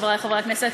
חבריי חברי הכנסת,